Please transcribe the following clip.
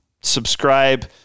subscribe